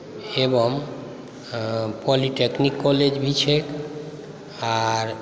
एवं polytechnic college भी छैक आर